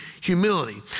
humility